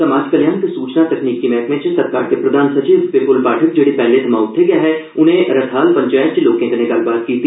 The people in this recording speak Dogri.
समाज कलयाण ते सूचना तकनीकी विभाग च सरकार दे प्रधान सचिव बिपुल पाठक जेहड़े पैहले थमां उत्थें गे हे उनें रह्थाल पंचैत च लोकें कन्नै गल्लबात कीती